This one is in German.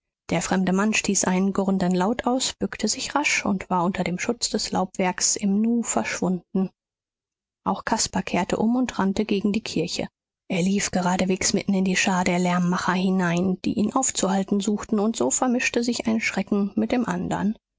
der fremde mann stieß einen gurrenden laut aus bückte sich rasch und war unter dem schutz des laubwerks im nu verschwunden auch caspar kehrte um und rannte gegen die kirche er lief geradeswegs mitten in die schar der lärmmacher hinein die ihn aufzuhalten suchten und so vermischte sich ein schrecken mit dem andern